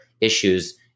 issues